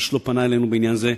איש לא פנה אלינו בעניין זה.